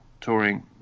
touring